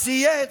צייץ,